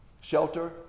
shelter